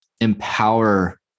empower